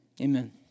amen